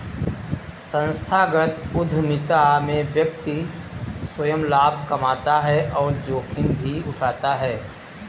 संस्थागत उधमिता में व्यक्ति स्वंय लाभ कमाता है और जोखिम भी उठाता है